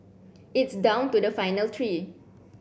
it's down to the final three